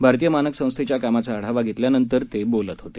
भारतीय मानक संस्थेच्या कामाचा आढावा घेतल्यानंतर ते बोलत होते